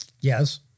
Yes